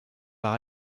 par